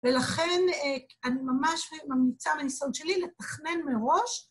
ולכן אני ממש ממליצה מהנסיון שלי לתכנן מראש